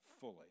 fully